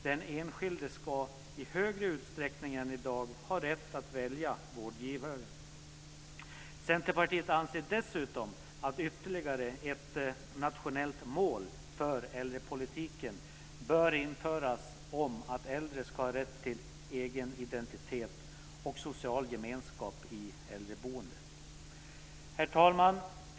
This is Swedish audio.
Den enskilde ska i större utsträckning än i dag ha rätt att välja vårdgivare. Centerpartiet anser dessutom att ytterligare ett nationellt mål för äldrepolitiken bör införas om att äldre ska ha rätt till egen identitet och social gemenskap i äldreboende. Herr talman!